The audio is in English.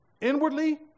inwardly